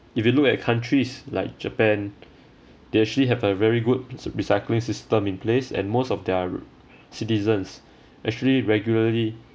if you look at countries like japan they actually have a very good recy~ recycling system in place and most of their citizens actually regularly